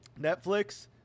Netflix